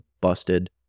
busted